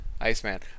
Iceman